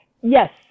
Yes